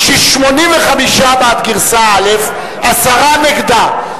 85 בעד גרסה א', עשרה נגדה.